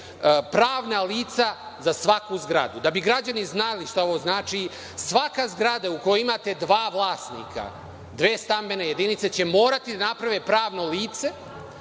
pravna lica za svaku zgradu. Da bi građani znali šta ovo znači, svaka zgrada u kojoj imate dva vlasnika, dve stambene jedinice će morate da naprave pravno lice,